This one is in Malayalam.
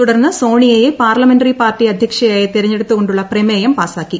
തുടർന്ന് സോണിയയെ പാർലമെന്ററി പാർട്ടി അധ്യക്ഷയായി തെരഞ്ഞെടുത്തുകൊണ്ടുള്ള പ്രമേയം പാസാക്കി